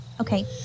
Okay